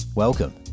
Welcome